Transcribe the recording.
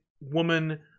woman